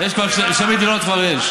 שתי מדינות כבר יש.